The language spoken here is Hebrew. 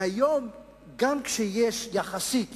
והיום, גם כשיש מספיק יחסית